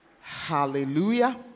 Hallelujah